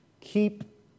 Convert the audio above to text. keep